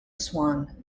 swan